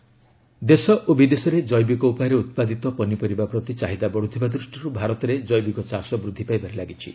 India organic farming ଦେଶ ଓ ବିଦେଶରେ ଜୈବିକ ଉପାୟରେ ଉତ୍ପାଦିତ ପନିପରିବା ପ୍ରତି ଚାହିଦା ବଢୁଥିବା ଦୃଷ୍ଟିରୁ ଭାରତରେ ଜୈବିକ ଚାଷ ବୃଦ୍ଧି ପାଇବାରେ ଲାଗିଛି